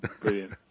Brilliant